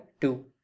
two